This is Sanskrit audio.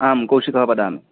आं कौशिकः वदामि